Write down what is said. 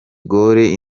gaulle